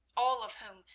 all of whom,